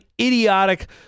idiotic